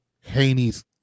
Haney's